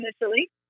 initially